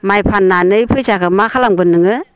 माइ फाननानै फैसाखो मा खालामगोन नोङो